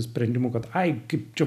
sprendimu kad ai kaip čia